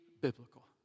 biblical